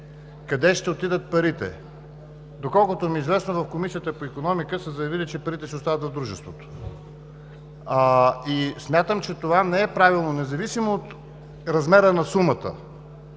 къде ще отидат парите. Доколкото ми е известно, в Комисията по икономика са заявили, че парите ще остават в дружеството. И смятам, че това не е правилно, независимо от размера на сумата